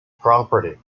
property